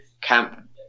camp